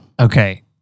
Okay